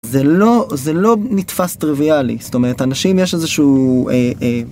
זה לא, זה לא נתפס טריוויאלי, זאת אומרת, אנשים יש איזשהו, אה, אה...